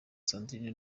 sandrine